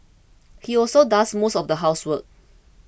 he also does most of the housework